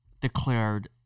declared